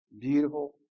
beautiful